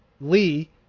Lee